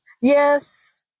Yes